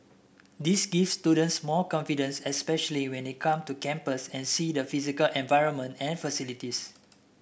this gives students more confidence especially when they come to campus and see the physical environment and facilities